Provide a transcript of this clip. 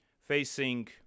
facing